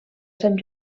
sant